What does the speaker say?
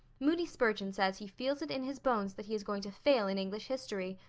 moody spurgeon says he feels it in his bones that he is going to fail in english history.